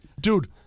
Dude